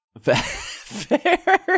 Fair